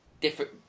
different